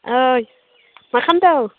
ओइ मा खालामदों